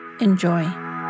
Enjoy